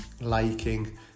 liking